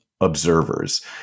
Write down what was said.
observers